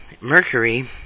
mercury